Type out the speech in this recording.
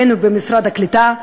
בין אם במשרד הקליטה,